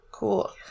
Cool